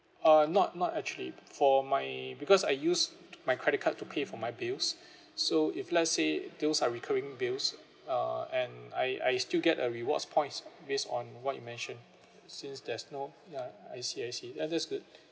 uh not not actually for my because I use my credit card to pay for my bills so if let's say those are recurring bills uh and I I still get a rewards points based on what you mentioned since there's no ya I see I see ya that's good